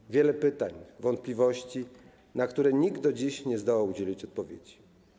Jest wiele pytań, wątpliwości, na które nikt do dziś nie zdołał udzielić odpowiedzi.